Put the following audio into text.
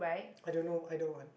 I don't know I don't want